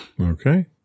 Okay